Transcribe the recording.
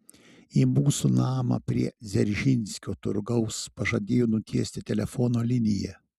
į mūsų namą prie dzeržinskio turgaus pažadėjo nutiesti telefono liniją